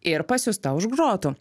ir pasiųsta už grotų